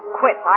quit